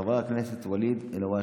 חבר הכנסת ואליד אלהואשלה,